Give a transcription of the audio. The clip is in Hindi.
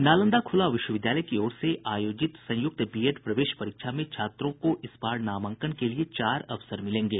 नालंदा खुला विश्वविद्यालय की ओर से आयोजित संयुक्त बीएड प्रवेश परीक्षा में छात्रों को इस बार नामांकन के चार अवसर मिलेंगे